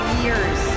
years